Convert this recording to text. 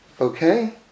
Okay